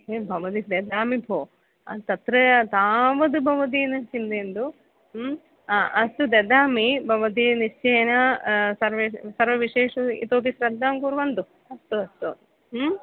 एवं भवती ददामि भो तत्र तावद् भवती न चिन्तयन्तु अस्तु ददामि भवती निश्चयेन सर्वविषयेषु इतोपि श्रद्धां कुर्वन्तु अस्तु अस्तु